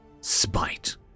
Spite